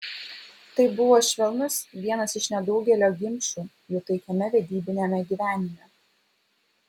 tai buvo švelnus vienas iš nedaugelio ginčų jų taikiame vedybiniame gyvenime